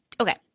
Okay